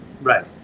Right